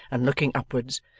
and looking upwards,